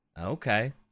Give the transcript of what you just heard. Okay